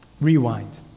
Rewind